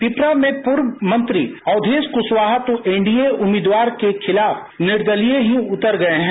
पिपरा में पूर्व मंत्री अवधेश प्रसाद कुशवाहा तो एनडीए उम्मीदवार के खिलाफ निर्दलीय ही उतर गये हैं